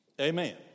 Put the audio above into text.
Amen